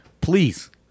please